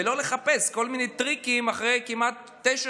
ולא לחפש כל מיני טריקים אחרי כמעט תשע